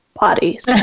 bodies